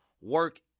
work